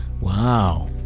Wow